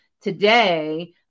today